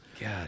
God